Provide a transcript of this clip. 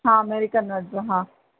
हा American nuts जा हा